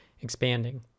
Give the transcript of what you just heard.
expanding